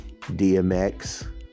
DMX